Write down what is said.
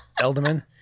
Elderman